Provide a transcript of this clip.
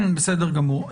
בסדר גמור.